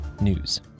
news